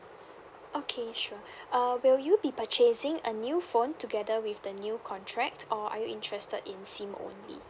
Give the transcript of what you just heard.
okay sure uh will you be purchasing a new phone together with the new contract or are you interested in SIM only